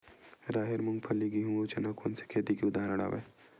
राहेर, मूंगफली, गेहूं, अउ चना कोन सा खेती के उदाहरण आवे?